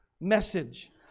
message